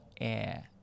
air